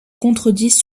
contredisent